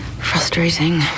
frustrating